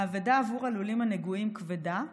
האבדה עבור הלולים הנגועים כבדה,